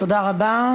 תודה רבה.